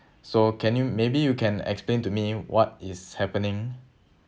so can you maybe you can explain to me what is happening